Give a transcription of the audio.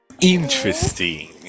Interesting